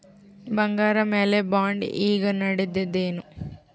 ಬಂಗಾರ ಮ್ಯಾಲ ಬಾಂಡ್ ಈಗ ನಡದದೇನು?